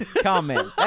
comment